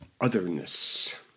otherness